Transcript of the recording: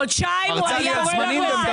חודשיים הוא היה בפועל.